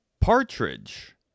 Partridge